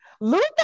Luther